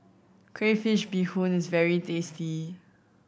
crayfish beehoon is very tasty